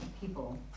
people